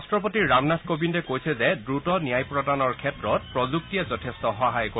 ৰাষ্ট্ৰপতি ৰামনাথ কোবিন্দে কৈছে যে দ্ৰুত ন্যায় প্ৰদানৰ ক্ষেত্ৰত প্ৰযুক্তিয়ে যথেষ্ট সহায় কৰিব